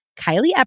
Kylie